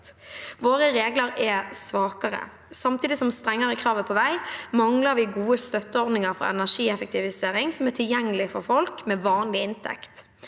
Våre regler er svakere. Samtidig som strengere krav er på vei, mangler vi gode støtteordninger for energieffektivisering som er tilgjengelige for folk med vanlig inntekt.